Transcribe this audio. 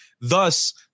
Thus